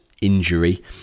injury